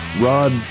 Rod